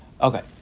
Okay